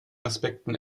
aspekten